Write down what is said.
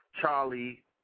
Charlie